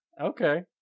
Okay